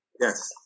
Yes